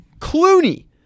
Clooney